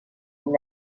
mais